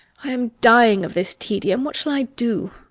i am dying of this tedium. what shall i do?